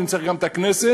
ואם צריך אז גם הכנסת,